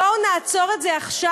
בואו נעצור את זה עכשיו,